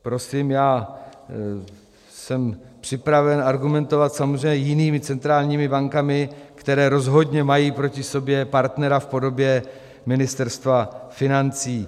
Prosím, já jsem připraven argumentovat samozřejmě jinými centrálními bankami, které rozhodně mají proti sobě partnera v podobě Ministerstva financí.